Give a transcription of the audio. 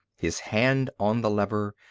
his hand on the lever,